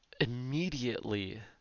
immediately